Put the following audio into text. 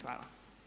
Hvala.